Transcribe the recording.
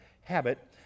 habit